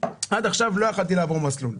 עד עכשיו לא יכולתי לעבור מסלול,